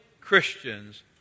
christians